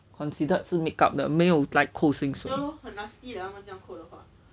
considered 是 make up 的没有 like 扣薪水